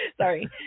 Sorry